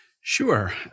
Sure